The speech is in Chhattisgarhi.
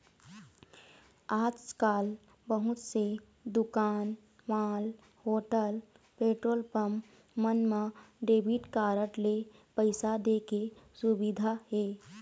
आजकाल बहुत से दुकान, मॉल, होटल, पेट्रोल पंप मन म डेबिट कारड ले पइसा दे के सुबिधा हे